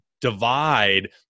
divide